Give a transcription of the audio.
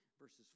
verses